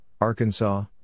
Arkansas